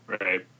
Right